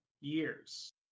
years